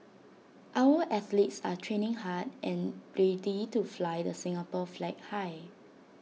our athletes are training hard and ready to fly the Singapore flag high